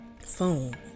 phone